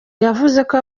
yavuzeko